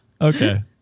Okay